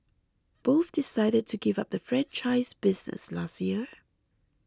both decided to give up the franchise business last year